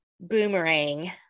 boomerang